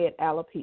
alopecia